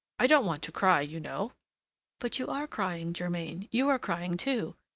i don't want to cry, you know but you are crying, germain! you are crying, too!